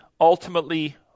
ultimately